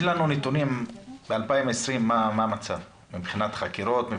תן לנו נתונים ב-2020 מה המצב מבחינת חקירות.